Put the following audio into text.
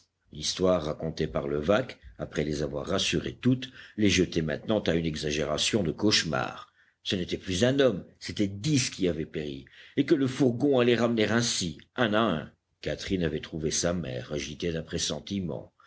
l'histoire racontée par levaque après les avoir rassurées toutes les jetait maintenant à une exagération de cauchemar ce n'était plus un homme c'étaient dix qui avaient péri et que le fourgon allait ramener ainsi un à un catherine avait trouvé sa mère agitée